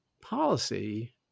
policy